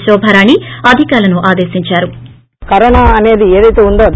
శోభారాణి అధికారులను ఆదేశించారు